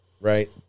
Right